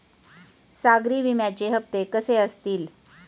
सागरी विम्याचे हप्ते कसे असतील?